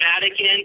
Vatican